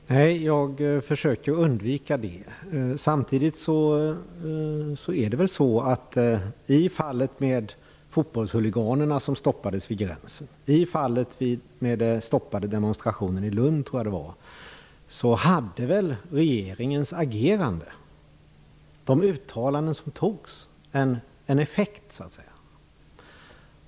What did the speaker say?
Fru talman! Jag försöker att undvika det. Men i fallet med fotbollshuliganerna som stoppades vid gränsen och i fallet med den stoppade demonstrationen i Lund hade väl regeringens agerande och de uttalanden som gjordes en effekt.